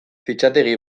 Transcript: fitxategi